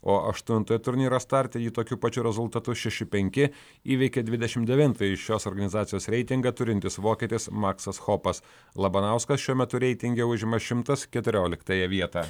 o aštuntojo turnyro starte jį tokiu pačiu rezultatu šeši penki įveikė dvidešim devintąjį šios organizacijos reitingą turintis vokietis maksas chopas labanauskas šiuo metu reitinge užima šimtas keturioliktąją vietą